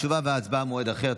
תשובה והצבעה במועד אחר.